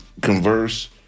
converse